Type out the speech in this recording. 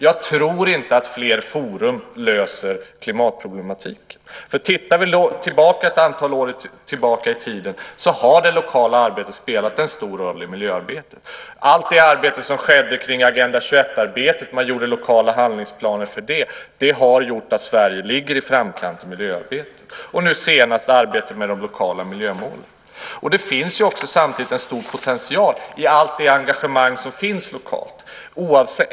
Jag tror inte att fler forum löser klimatproblematiken. Går vi ett antal år tillbaka i tiden ser vi att det lokala arbetet har spelat en stor roll i miljöarbetet. Allt det som skedde kring Agenda 21-arbetet - lokala handlingsplaner som gjordes för det - har gjort att Sverige ligger i framkanten i miljöarbetet, och nu senast har vi arbetet med de lokala miljömålen. Samtidigt finns det en stor potential i allt det engagemang som finns lokalt.